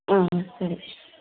ಆಂ ಸರಿ